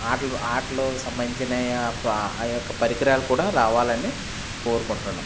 ఆటలు ఆటలు సంబంధించిన ఆ ఆ యొక్క పరికరాలు కూడా రావాలని కోరుకుంటున్నాం